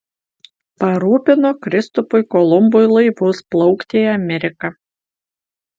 parūpino kristupui kolumbui laivus plaukti į ameriką